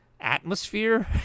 atmosphere